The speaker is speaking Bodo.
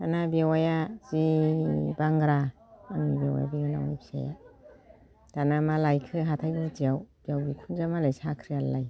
दाना बेवाइया जि बांग्रा आंनि बेवाइ बिनानावनि फिसाइया दाना मा लायखो हाथाय गुदियाव बिहाव बिखुनजोआ मालाय साख्रि आवला